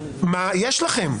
מה יש לכם?